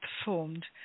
performed